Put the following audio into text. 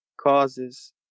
causes